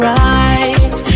right